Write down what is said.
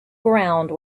ground